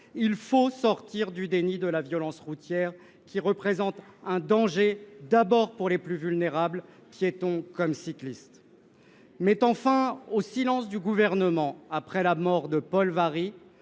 Il faut sortir du déni de la violence routière, qui représente un danger d’abord pour les usagers les plus vulnérables, piétons comme cyclistes. Mettant fin au silence initial du Gouvernement après la mort de Paul Varry,